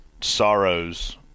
sorrows